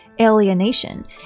alienation